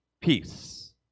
Peace